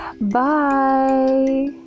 bye